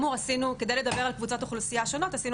כדי לדבר על קבוצות אוכלוסייה שונות עשינו